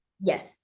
yes